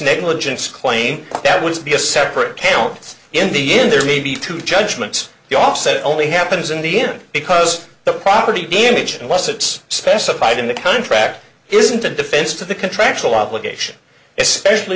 negligence claim that would be a separate counts in the end there may be two judgments the offset only happens in the end because the property damage unless it's specified in the contract isn't a defense to the contractual obligation especially